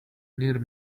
near